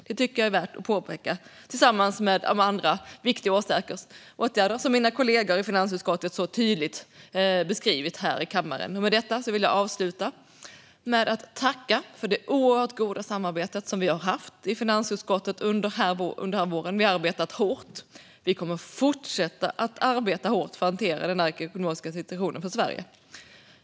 Detta tycker jag är värt att påpeka liksom de andra viktiga åtgärder som mina kollegor i finansutskottet så tydligt beskrivit här i kammaren. Med detta vill jag avsluta med att tacka för det oerhört goda samarbete som vi har haft i finansutskottet under våren. Vi har arbetat hårt, och vi kommer att fortsätta arbeta hårt för att hantera den ekonomiska situationen i Sverige.